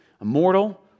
immortal